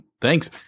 Thanks